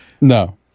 No